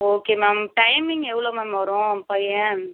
okay ma'am timing எவ்வளோ ma'am வரும் பையன்